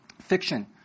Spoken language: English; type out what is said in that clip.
Fiction